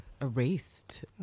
erased